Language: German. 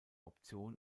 option